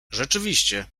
rzeczywiście